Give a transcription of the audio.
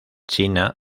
china